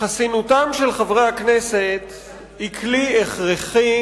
חסינותם של חברי הכנסת היא כלי הכרחי